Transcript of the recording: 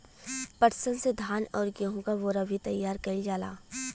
पटसन से धान आउर गेहू क बोरा भी तइयार कइल जाला